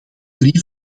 drie